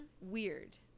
Weird